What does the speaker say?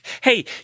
hey